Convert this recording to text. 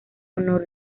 honor